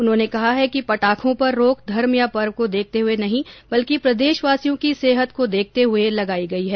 उन्होंने कहा है कि पटाखों पर रोक धर्म या पर्व को देखते हुए नहीं बल्कि प्रदेशवासियों की सेहत को देखते हुए लगाई गई है